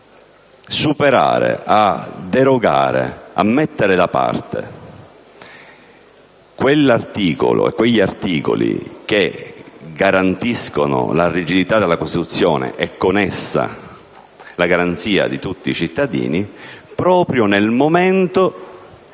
superare, derogare e mettere da parte quegli articoli che garantiscono la rigidità della Costituzione e, con essa, tutti i cittadini, proprio nel momento